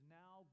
now